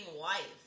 wife